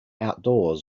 outdoors